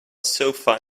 sofa